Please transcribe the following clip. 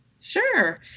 Sure